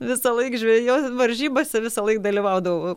visąlaik žvejo varžybose visąlaik dalyvaudavau